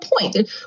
point